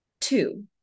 Two